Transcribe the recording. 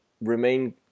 remain